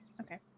Okay